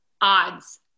Odds